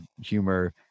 humor